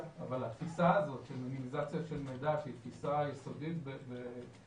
התפיסה הזאת של מינימליזציה של מידע שהיא תפיסה יסודית בפרטיות,